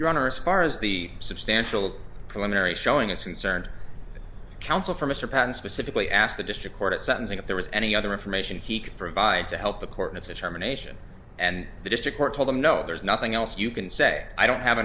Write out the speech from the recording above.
your honor as far as the substantial preliminary showing us who cerned counsel for mr patten specifically asked the district court at sentencing if there was any other information he could provide to help the court it's a terminations and the district court told him no there's nothing else you can say i don't have